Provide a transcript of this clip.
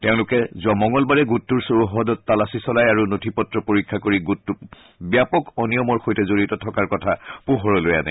তেওঁলোকে যোৱা মঙলবাৰে গোটটোৰ চৌহদত তালাচী চলায় আৰু নথি পত্ৰ পৰীক্ষা কৰি গোটটো ব্যাপক অনিয়মৰ সৈতে জড়িত থকাৰ কথা পোহৰলৈ আনে